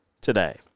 today